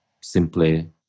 simply